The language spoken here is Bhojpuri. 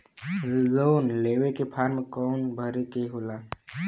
लोन लेवे के फार्म कौन भरे के होला?